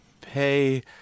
pay